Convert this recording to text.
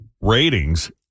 ratings